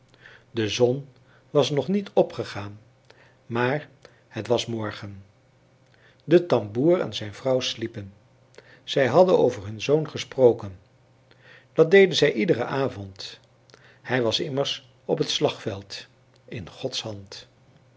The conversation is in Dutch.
de zon was nog niet opgegaan maar het was morgen de tamboer en zijn vrouw sliepen zij hadden over hun zoon gesproken dat deden zij iederen avond hij was immers op het slagveld in gods hand